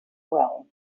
well